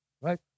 right